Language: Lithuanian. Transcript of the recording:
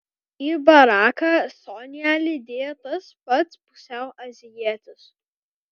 į baraką sonią lydėjo tas pats pusiau azijietis